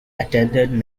attended